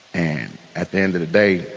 and at the end of the day,